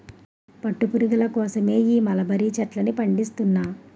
పట్టు పురుగుల కోసమే ఈ మలబరీ చెట్లను పండిస్తున్నా